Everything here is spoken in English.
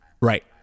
Right